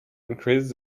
increased